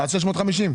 על 650,000?